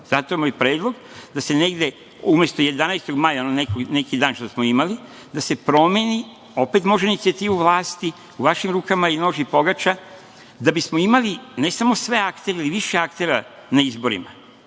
Zato je moj predlog da se umesto 11. maja, neki dan što smo imali, da se promeni, opet na inicijativu vlasti, u vašim rukama je i nož i pogača, da bismo imali, ne samo sve aktere ili više aktera na izborima,